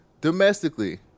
domestically